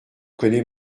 connais